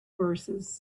verses